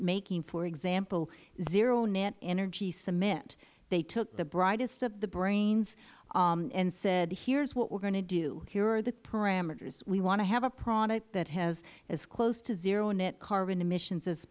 making for example zero net energy cement they took the brightest of the brains and said here is what we are going to do here are the parameters we want to have a product that has as close to zero net carbon emissions as